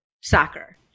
soccer